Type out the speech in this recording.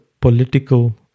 political